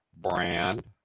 brand